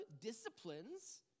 disciplines